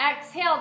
Exhale